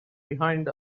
behind